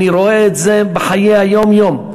אני רואה את זה בחיי היום-יום.